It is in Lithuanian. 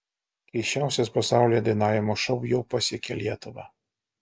keisčiausias pasaulyje dainavimo šou jau pasiekė lietuvą